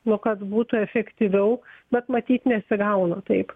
nu kas būtų efektyviau bet matyt nesigauna taip